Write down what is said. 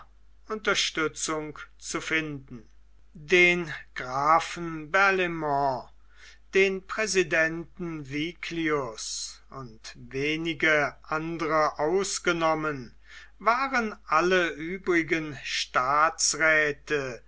unterstützung zu finden den grafen barlaimont den präsidenten viglius und wenige andere ausgenommen waren alle übrigen staatsräthe